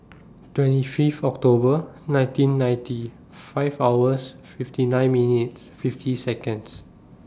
twenty Fifth October nineteen ninety five hours fifty nine minutes fifty Seconds